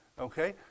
Okay